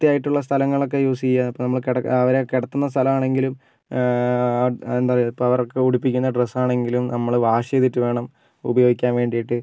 വൃത്തിയായിട്ടുള്ള സ്ഥലങ്ങളൊക്കെ യൂസ് ചെയ്യുക നമ്മൾ കിടക്ക അവരെ കിടത്തുന്ന സ്ഥലമാണെങ്കിലും എന്താണ് പറയുക ഇപ്പോൾ അവർക്കൊക്കെ ഉടുപ്പിക്കുന്ന ഡ്രെസ്സ് ആണെങ്കിലും നമ്മൾ വാഷ് ചെയ്തിട്ട് വേണം ഉപയോഗിക്കാൻ വേണ്ടിയിട്ട്